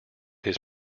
his